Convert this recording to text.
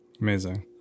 Amazing